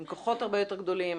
עם כוחות הרבה יותר גדולים.